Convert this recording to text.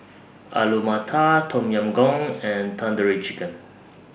Alu Matar Tom Yam Goong and Tandoori Chicken